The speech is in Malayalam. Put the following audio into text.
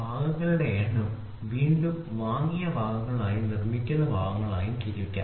ഭാഗങ്ങളുടെ എണ്ണം വീണ്ടും വാങ്ങിയ ഭാഗങ്ങളായും നിർമ്മിക്കുന്ന ഭാഗങ്ങളായും തിരിക്കാം